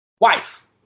wife